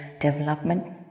development